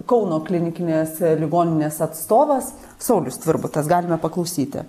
kauno klinikinės ligoninės atstovas saulius tvirbutas galime paklausyti